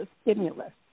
stimulus